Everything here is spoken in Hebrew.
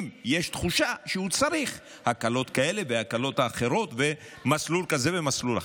אם יש תחושה שהוא צריך הקלות כאלה והקלות אחרות ומסלול כזה ומסלול אחר?